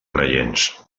creients